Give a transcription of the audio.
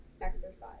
exercise